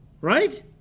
right